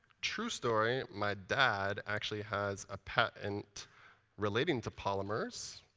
true story, my dad actually has a patent relating to polymers.